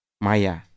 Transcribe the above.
Maya